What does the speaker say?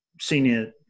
senior